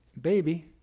baby